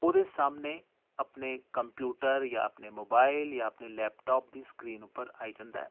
ओह्दे सामने अपने कम्प्यूटर जां अपने मोबाइल जां अपने लैपटाप दी स्क्रीन उप्पर आई जंदा ऐ